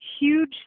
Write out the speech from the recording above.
huge